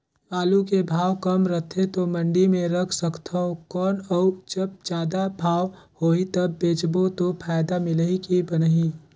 आलू के भाव कम रथे तो मंडी मे रख सकथव कौन अउ जब जादा भाव होही तब बेचबो तो फायदा मिलही की बनही?